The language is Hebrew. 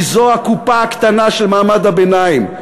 כי זו הקופה הקטנה של מעמד הביניים,